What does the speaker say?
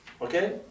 okay